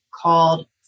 called